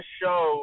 show